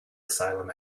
asylum